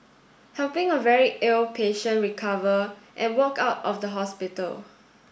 helping a very ill patient recover and walk out of the hospital